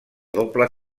doble